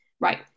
right